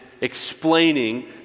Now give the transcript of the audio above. explaining